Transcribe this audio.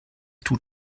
tut